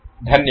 धन्यवाद